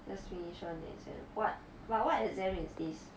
just finish one exam what what what exam is this